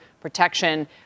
protection